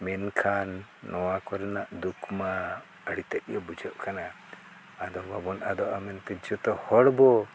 ᱢᱮᱱᱠᱷᱟᱱ ᱱᱚᱣᱟ ᱠᱚᱨᱮᱱᱟᱜ ᱫᱩᱠ ᱢᱟ ᱟᱹᱰᱤ ᱛᱮᱫᱜᱮ ᱵᱩᱡᱷᱟᱹᱜ ᱠᱟᱱᱟ ᱟᱫᱚ ᱵᱟᱵᱚᱱ ᱟᱫᱚᱜᱼᱟ ᱢᱮᱱᱛᱮ ᱡᱚᱛᱚ ᱦᱚᱲ ᱵᱚ